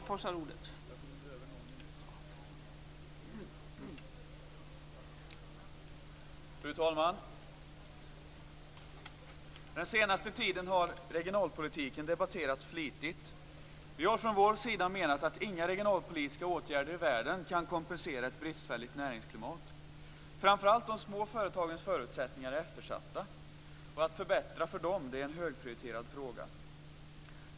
Fru talman! Den senaste tiden har regionalpolitiken debatterats flitigt. Vi har från vår sida menat att inga regionalpolitiska åtgärder i världen kan kompensera ett bristfälligt näringsklimat. Framför allt de små företagens förutsättningar är eftersatta. Att förbättra för dem är en högprioriterad fråga.